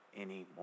anymore